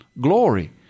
glory